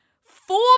four